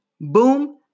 boom